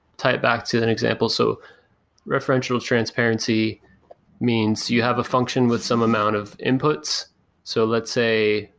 tie it back to an example. so referential transparency means you have a function with some amount of inputs so let's say,